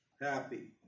happy